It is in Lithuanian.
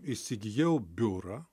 įsigijau biurą